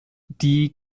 die